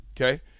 Okay